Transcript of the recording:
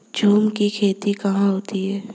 झूम की खेती कहाँ होती है?